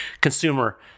Consumer